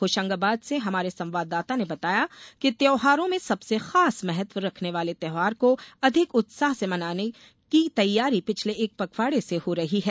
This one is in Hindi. होशंगाबाद से हमारे संवाददाता ने बताया कि त्यौहारों में सबसे खास महत्व रखने वाले त्योहार को अधिक उत्साह से मनाने इसकी तैयारी पिछले एक पखवाड़े से हो रही है